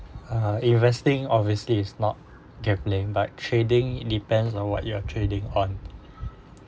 uh investing obviously is not gambling but trading depends on what you are trading on